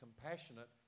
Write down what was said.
compassionate